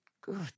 Good